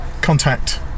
contact